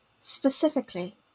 specifically